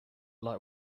like